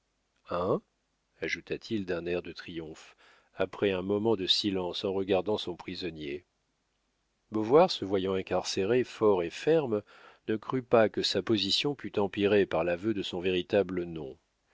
ajouta-t-il d'un air de triomphe après un moment de silence en regardant son prisonnier beauvoir se voyant incarcéré fort et ferme ne crut pas que sa position pût empirer par l'aveu de son véritable nom